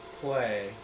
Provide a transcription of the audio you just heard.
play